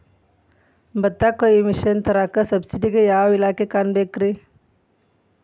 ಭತ್ತ ಕೊಯ್ಯ ಮಿಷನ್ ತರಾಕ ಸಬ್ಸಿಡಿಗೆ ಯಾವ ಇಲಾಖೆ ಕಾಣಬೇಕ್ರೇ?